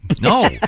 No